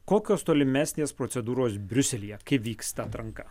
kokios tolimesnės procedūros briuselyje kai vyksta atranka